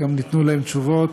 וגם ניתנו תשובות,